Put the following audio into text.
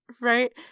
Right